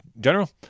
General